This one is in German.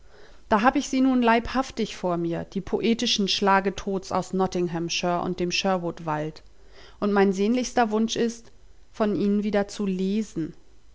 da hab ich sie nun leibhaftig vor mir die poetischen schlagetots aus nottinghamshire und dem sherwood wald und mein sehnlichster wunsch ist von ihnen wieder zu lesen